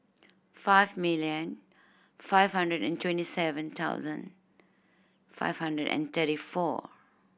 five million five hundred and twenty seven thousand five hundred and thirty four